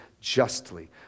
justly